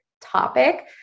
topic